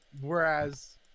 Whereas